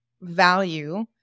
value